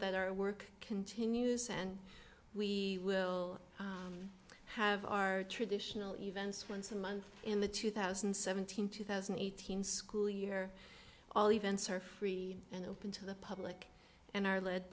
that our work continues and we will have our traditional events once a month in the two thousand and seventeen two thousand and eighteen school year all events are free and open to the public and are led